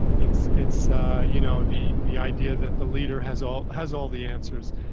it's it's ah you know the the idea that the leader has all has all the answers.